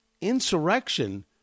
Insurrection